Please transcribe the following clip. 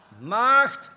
Macht